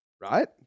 Right